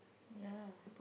ya